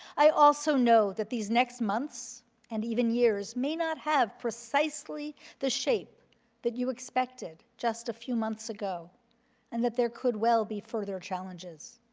i also know that these next months and even years may not have precisely the shape that you expected just a few months ago and that there could well be further challenges.